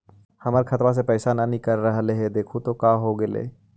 हमर खतवा से पैसा न निकल रहले हे देखु तो का होगेले?